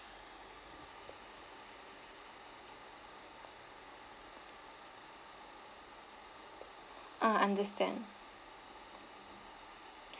uh understand